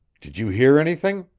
did you hear anything?